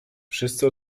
wszyscy